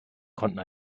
konnten